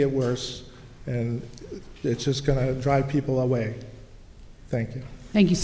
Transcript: get worse and it's just going to drive people away thank you thank you